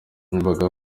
yumvaga